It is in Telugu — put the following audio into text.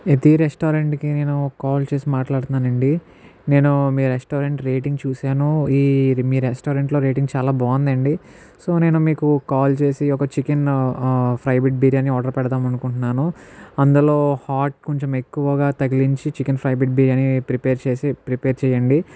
ప్రతీ రెస్టారెంట్కి నేను కాల్ చేసి మాట్లాడుతున్నాను అండి నేను మీ రెస్టారెంట్ రేటింగ్ చూశాను ఈ మీ రెస్టారెంట్లో రేటింగ్ చాలా బాగుందండి సో నేను మీకు కాల్ చేసి ఒక చికెన్ ఫ్రై బిడ్ బిర్యానీ ఆర్డర్ పెడుదామని అనుకుంటున్నాను అందులో హాట్ కొంచెం ఎక్కువగా తగిలించి చికెన్ ఫ్రై బిడ్ బిర్యానీ ప్రిపేర్ చేసి ప్రిపేర్ చెయ్యండి